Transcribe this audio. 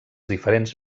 diferents